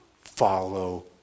follow